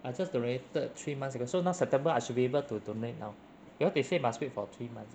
I just donated three months ago so now september I should be able to donate now you know they say must wait for three months